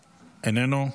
איננו,